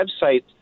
website